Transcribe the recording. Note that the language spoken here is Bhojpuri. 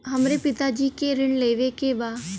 हमरे पिता जी के ऋण लेवे के बा?